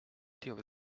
till